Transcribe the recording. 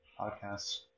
podcast